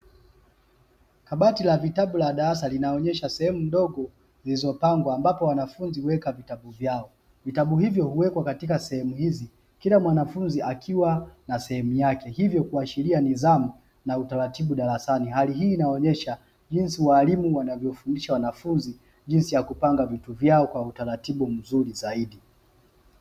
Kabati la vitabu la darasa linaonyesha sehemu ndogo zilizopangwa ambapo wanafunzi huweka vitabu vyao, vitabu hivyo huwekwa katika sehemu hizi kila mwanafunzi akiwa na sehemu yake hivyo kuashiria nidhamu na utaratibu darasani. Hali hii inaonyesha jinsi walimu wanavyofundisha wanafunzi jinsi ya kupanga vitu vyao kwa utaratibu mzuri zaidi.